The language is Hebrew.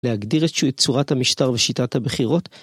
להגדיר איכשהו את צורת המשטר ושיטת הבחירות.